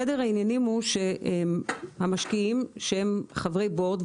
סדר העניינים הוא שהמשקיעים שהם חברי בורד,